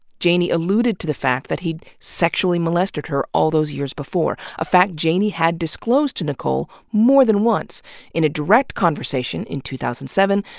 janey alluded to the fact that he'd sexually molested her all those years before, a fact janey had disclosed to nicole more than once in a direct conversation in two thousand and seven,